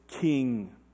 king